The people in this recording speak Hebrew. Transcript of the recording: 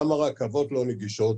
גם הרכבות לא נגישות